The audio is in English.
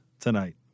tonight